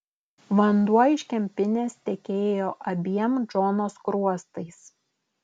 vanduo iš kempinės tekėjo abiem džono skruostais